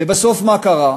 ובסוף מה קרה?